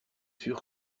sûr